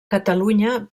catalunya